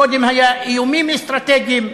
קודם היה איומים אסטרטגיים,